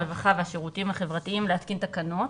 הרווחה והשירותים החברתיים להתקין תקנות